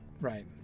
right